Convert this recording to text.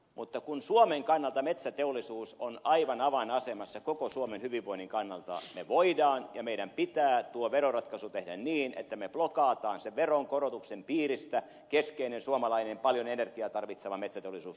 mutta kun suomen kannalta metsäteollisuus on aivan avainasemassa koko suomen hyvinvoinnin kannalta me voimme ja meidän pitää tuo veroratkaisu tehdä niin että me plokkaamme sen veronkorotuksen piiristä keskeisen suomalaisen paljon energiaa tarvitsevan metsäteollisuuden pois